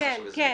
לא חשוב, עזבי.